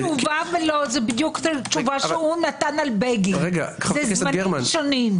התשובה זה מה שנתן על בגין - זה זמנים שונים.